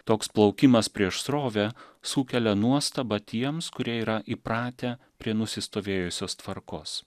toks plaukimas prieš srovę sukelia nuostabą tiems kurie yra įpratę prie nusistovėjusios tvarkos